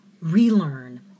relearn